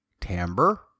timbre